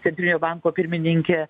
centrinio banko pirmininkė